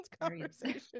conversation